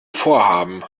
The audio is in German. vorhaben